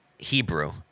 hebrew